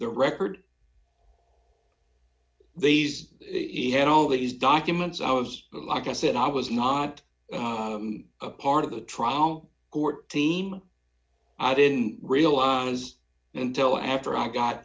the record they raised it had all these documents i was like i said i was not a part of the trial court team i didn't realize until after i got